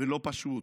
ולא פשוט,